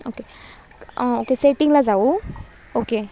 okay okay सेटींगला जाऊ okay